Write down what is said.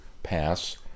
Pass